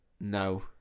No